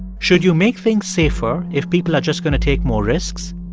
should you make things safer if people are just going to take more risks?